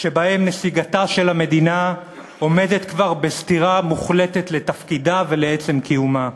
שבהם נסיגתה של מדינה עומדת כבר בסתירה מוחלטת לתפקידה ולעצם קיומה.